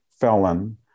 felon